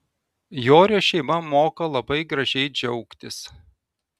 jorio šeima moka labai gražiai džiaugtis